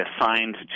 assigned